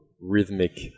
Rhythmic